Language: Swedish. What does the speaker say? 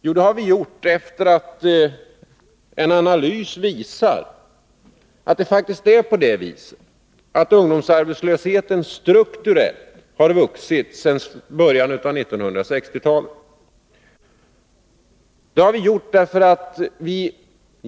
Jo, därför att en analys visar att ungdomsarbetslösheten strukturellt har vuxit sedan början av 1960-talet.